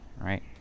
right